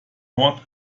nord